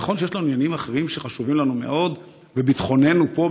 נכון שיש לנו עניינים אחרים שחשובים לנו מאוד בביטחוננו פה,